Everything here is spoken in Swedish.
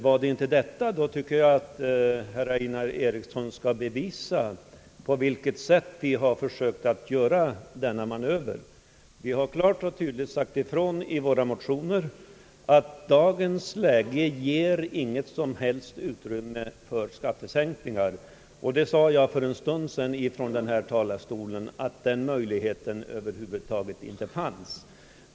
I annat fall tycker jag att herr Einar Eriksson skall bevisa på vilket sätt vi har försökt att göra denna manöver. Vi har klart och tydligt i våra motioner sagt ifrån att dagens läge inte ger något som helst utrymme för skattesänkningar. Jag sade bara för en stund sedan från denna talarstol att den möjligheten över huvud taget inte finns.